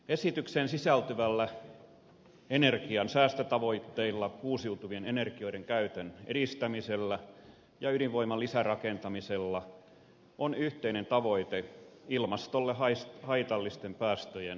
esitykseen sisältyvillä energian säästötavoitteilla uusiutuvien energioiden käytön edistämisellä ja ydinvoiman lisärakentamisella on yhteinen tavoite ilmastolle haitallisten päästöjen vähentäminen